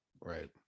right